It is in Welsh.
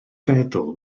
feddwl